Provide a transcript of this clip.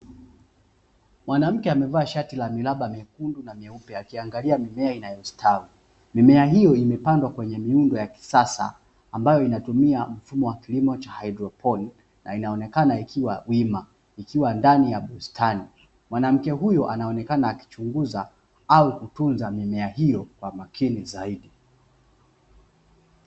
Mwanamke amevaa shati ya miraba mekundu na meupe, akiangalia mimea inayostawi, mimea hiyo imepandwa kwenye miundo ya kisasa, ambayo inatumia mfumo wa hydroponi, na inaonekana ikiwa wima, ikiwa ndani ya bustani, mwanamke huyo anaonekana akichunguza au kutunza mimea hiyo kwa makini zaidi.